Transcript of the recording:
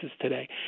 today